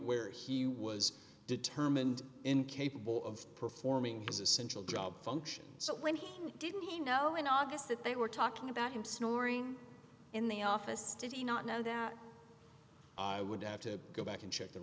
where he was determined incapable of performing his essential job functions so when he didn't he know in august that they were talking about him snoring in the office did he not know that i would have to go back and check the